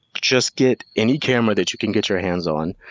just get any camera that you can get your hands on,